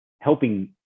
helping